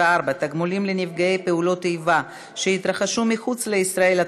34) (תגמולים לנפגעי פעולות איבה שהתרחשו מחוץ לישראל),